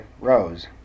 rose